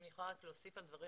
אם אני יכולה רק להוסיף על דבריך,